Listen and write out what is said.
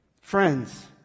Friends